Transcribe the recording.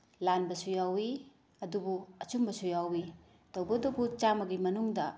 ꯂꯥꯟꯕꯁꯨ ꯌꯥꯎꯋꯤ ꯑꯗꯨꯕꯨ ꯑꯆꯨꯝꯕꯁꯨ ꯌꯥꯎꯋꯤ ꯇꯧꯕ ꯇꯕꯨ ꯆꯥꯝꯃꯒꯤ ꯃꯅꯨꯡꯗ